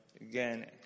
again